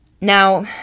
Now